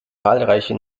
zahlreiche